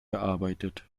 gearbeitet